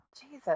Jesus